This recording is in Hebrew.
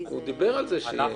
הוא דיבר על זה.